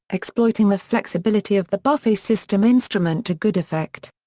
exploiting the flexibility of the buffet system instrument to good effect.